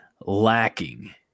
lacking